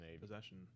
possession